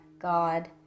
God